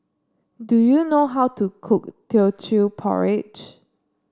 do you know how to cook Teochew Porridge